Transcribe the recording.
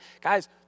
guys